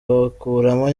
bakuramo